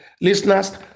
listeners